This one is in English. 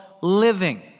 living